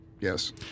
Yes